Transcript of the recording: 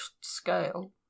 scale